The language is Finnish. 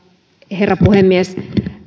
herra puhemies kun